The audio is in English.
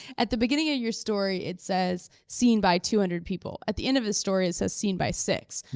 at the beginning of ah your story, it says seen by two hundred people. at the end of his story, it says seen by six.